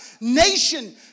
nation